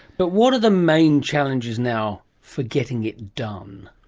but what are the main challenges now for getting it done?